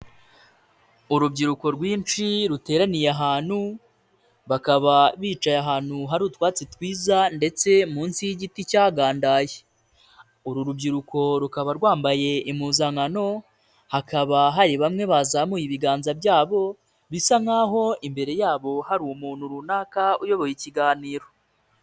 urubyiruko rwinshi ruteraniye ahantu, bakaba bicaye ahantu hari utwatsi twiza ndetse munsi y'igiti cyadandaye. uru rubyiruko rukaba rwambaye impuzankano, hakaba hari bamwe bazamuye ibiganza byabo, bisa nkaho imbere yabo hari umuntu runaka uyoboye ikiganiro.